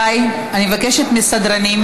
נגד זאב בנימין בגין,